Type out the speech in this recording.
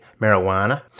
marijuana